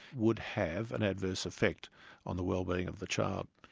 would have an adverse effect on the wellbeing of the child.